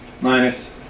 Minus